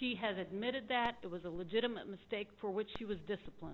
she has admitted that it was a legitimate mistake for which she was disciplined